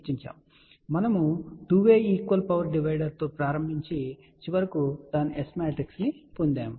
కాబట్టి మనము 2 way equal power డివైడర్తో ప్రారంభించి చివరికి దాని S మ్యాట్రిక్స్ ను పొందాము